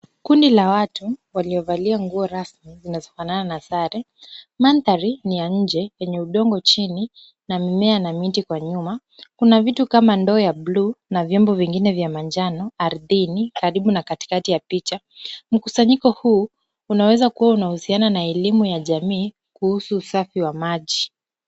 Kundi la watu waliovalia nguo rasmi zinazofanana na sare. Mandhari ni ya nje yenye udongo chini na mimea na miti kwa nyuma. Kuna vitu kama ndoo ya buluu na vyombo vingine vya manjano ardhini karibu na katikati ya picha. Mkusanyiko huu unaweza kuwa unahusiana na elimu ya jamii kuhusu usafi wa maji.